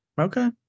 Okay